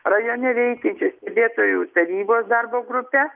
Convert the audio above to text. rajone veikiančių stebėtojų tarybos darbo grupe